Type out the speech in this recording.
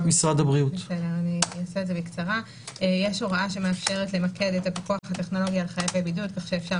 יש הוראה שמאפשרת למקד את הפיקוח הטכנולוגי על חייבי בידוד כך שאפשר